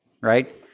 right